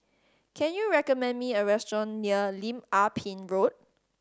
can you recommend me a restaurant near Lim Ah Pin Road